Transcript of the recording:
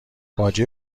باجه